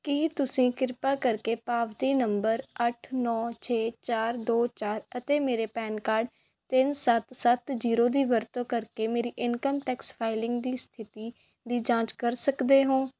ਕੀ ਤੁਸੀਂ ਕਿਰਪਾ ਕਰਕੇ ਪਾਵਤੀ ਨੰਬਰ ਅੱਠ ਨੌਂ ਛੇ ਚਾਰ ਦੋ ਚਾਰ ਅਤੇ ਮੇਰੇ ਪੈਨ ਕਾਰਡ ਤਿੰਨ ਸੱਤ ਸੱਤ ਜ਼ੀਰੋ ਦੀ ਵਰਤੋਂ ਕਰਕੇ ਮੇਰੀ ਇਨਕਮ ਟੈਕਸ ਫਾਈਲਿੰਗ ਦੀ ਸਥਿਤੀ ਦੀ ਜਾਂਚ ਕਰ ਸਕਦੇ ਹੋ